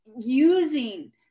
using